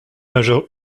major